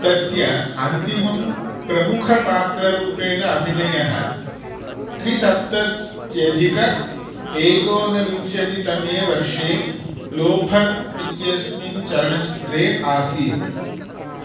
तस्य अन्तिमं प्रमुखपात्ररूपेण अभिनयः त्रिसप्तत्यधिक एकोनविंशतितमे वर्षे लोफर् इत्यस्मिन् चलनचित्रे आसीत्